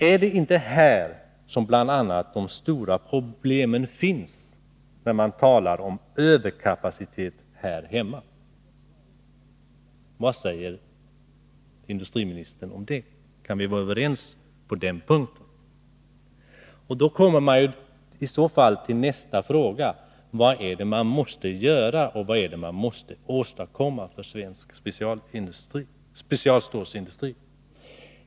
Är det inte här som bl.a. de stora problemen finns när man talar om överkapaciteten hemma i Sverige? Vad säger industriministern om det? Kan vi vara överens på den punkten? I så fall blir nästa fråga: Vad är det man måste göra, och vad är det man måste åstadkomma för svensk specialstålsindustri?